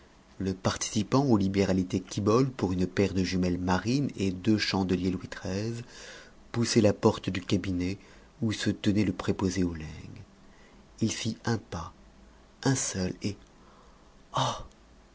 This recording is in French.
le participant aux libéralités quibolle pour une paire de jumelles marines et deux chandeliers louis xiii poussait la porte du cabinet où se tenait le préposé aux legs il fit un pas un seul et